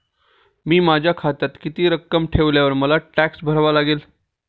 मी माझ्या खात्यात किती रक्कम ठेवल्यावर मला टॅक्स भरावा लागेल?